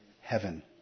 heaven